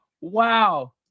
Wow